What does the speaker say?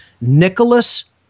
Nicholas